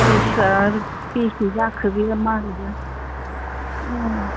बैसोया बेसे जाखो बे मालायबा